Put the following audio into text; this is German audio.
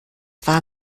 war